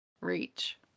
reach